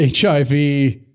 HIV